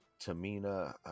Tamina